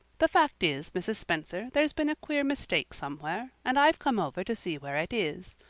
the fact is, mrs. spencer, there's been a queer mistake somewhere, and i've come over to see where it is.